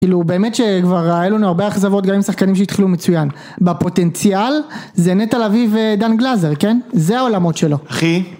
כאילו באמת שכבר היו לנו הרבה אכזבות גם עם שחקנים שהתחילו מצוין בפוטנציאל זה נטע לביא ודן גלזר כן זה העולמות שלו אחי